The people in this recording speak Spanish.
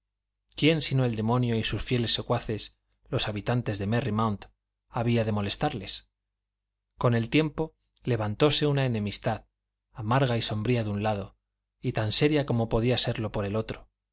quién sino el demonio y sus fieles secuaces los habitantes de merry mount había de molestarles con el tiempo levantóse una enemistad amarga y sombría de un lado y tan seria como podía serlo por el otro